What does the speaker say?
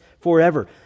forever